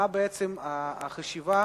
מה בעצם החשיבה